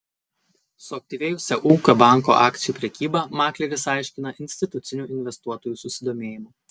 suaktyvėjusią ūkio banko akcijų prekybą makleris aiškina institucinių investuotojų susidomėjimu